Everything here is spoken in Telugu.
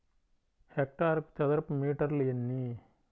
హెక్టారుకు చదరపు మీటర్లు ఎన్ని?